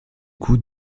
coups